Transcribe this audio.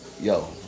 Yo